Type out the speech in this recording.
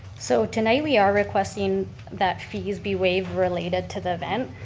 so tonight we are requesting that fees be waived related to the event.